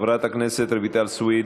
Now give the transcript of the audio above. חברת הכנסת רויטל סויד,